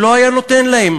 לא היה נותן להם.